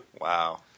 wow